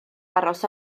aros